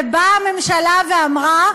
ובאה הממשלה ואמרה: